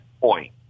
point